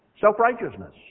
Self-righteousness